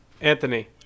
Anthony